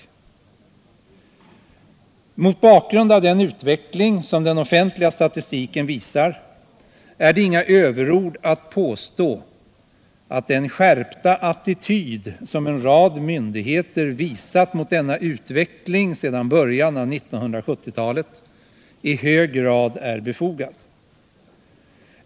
medelstora Mot bakgrund av den utveckling som den offentliga statistiken visar — företagens utveckär det inga överord att påstå att den skärpta attityd som en rad mynling, m.m. digheter visat mot denna utveckling sedan början av 1970-talet i hög grad är befogad.